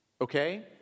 Okay